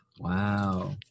wow